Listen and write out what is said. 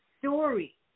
story